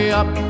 up